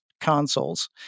consoles